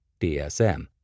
DSM